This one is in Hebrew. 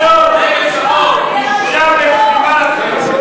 עוברים (אישור הסכם ומעמד היילוד)